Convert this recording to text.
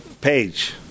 page